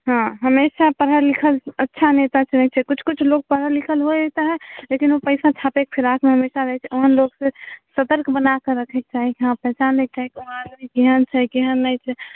हाँ हमेशा पढ़ल लिखल अच्छा नेता चुनैत छै किछु किछु लोग पढ़ल लिखल होइ हय तऽ लेकिन ओ पैसा छापैके फिराकमे हमेशा रहैत छै ओहन लोक से सतर्क बना कऽ रखैके चाही जहाँ पैसा नहि छै उहाँ ध्यान से केहन छै केहन नहि छै